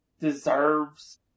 deserves